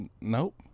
Nope